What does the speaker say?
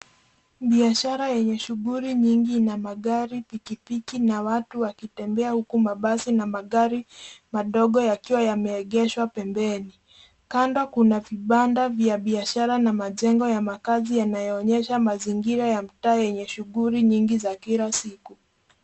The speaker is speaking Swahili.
Biashara yenye shughuli nyingi na magari, pikipiki na watu wakitembea huku mabasi na magari madogo yakiwa yameegeshwa pembeni. Kando kuna vibanda vya biashara na majengo ya makazi yanayoonyesha mazingira ya mtaa yenye shughuli nyingi za kila siku.